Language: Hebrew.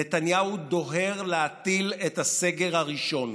נתניהו דוהר להטיל את הסגר הראשון.